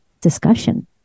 discussion